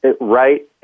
Right